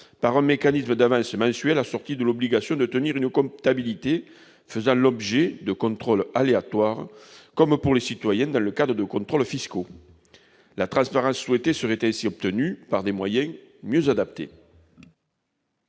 par un mécanisme d'avances mensuelles, assorti de l'obligation de tenir une comptabilité faisant l'objet de contrôles aléatoires, à l'instar des contrôles fiscaux pour les citoyens. La transparence souhaitée serait ainsi obtenue par des moyens mieux adaptés.